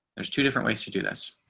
there's two different ways to do this.